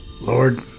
Lord